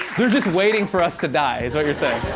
they're just waiting for us to die is what you're saying?